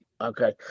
okay